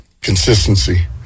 Consistency